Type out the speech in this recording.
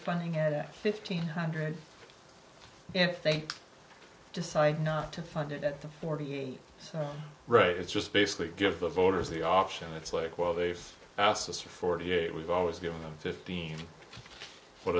funding at fifteen hundred if they decide not to fund it at the forty eight so right it's just basically give the voters the option it's like well they've asked us for forty eight we've always given them fifteen what